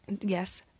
Yes